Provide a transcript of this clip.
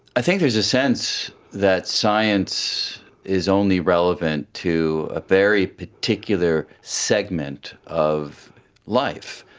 i think there's a sense that science is only relevant to a very particular segment of life.